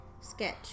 Sketch